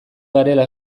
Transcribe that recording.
garela